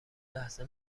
لحظه